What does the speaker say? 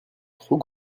trop